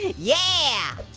yeah.